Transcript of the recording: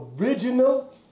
original